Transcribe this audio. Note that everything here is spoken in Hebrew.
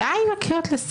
די עם הקריאות לסדר האלה.